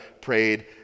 prayed